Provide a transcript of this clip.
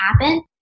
happen